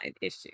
issue